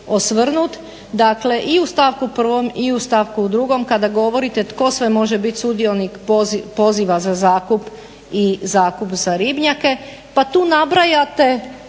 osvrnuti, dakle i u stavku 1. i u stavku 2. kada govorite tko sve može biti sudionik poziva za zakup i zakup za ribnjake pa tu nabrajate